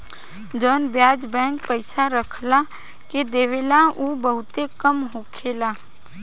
जवन ब्याज बैंक पइसा रखला के देवेला उ बहुते कम होखेला